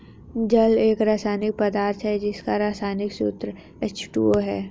जल एक रसायनिक पदार्थ है जिसका रसायनिक सूत्र एच.टू.ओ है